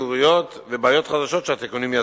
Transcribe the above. אי-בהירויות ובעיות חדשות שהתיקונים יצרו.